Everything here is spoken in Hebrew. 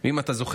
אם אתה זוכר,